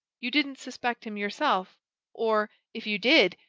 you didn't suspect him yourself or, if you did,